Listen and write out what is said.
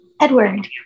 Edward